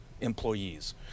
employees